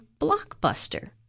blockbuster